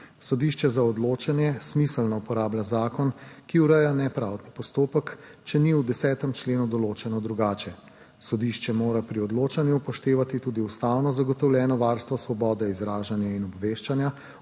Sodišče za odločanje smiselno uporablja zakon, ki ureja nepravdni postopek, če ni v 10. členu določeno drugače. Sodišče mora pri odločanju upoštevati tudi ustavno zagotovljeno varstvo svobode izražanja in obveščanja,